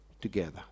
together